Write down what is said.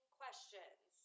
questions